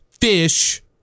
fish